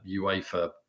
UEFA